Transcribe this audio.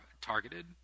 targeted